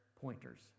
pointers